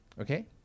okay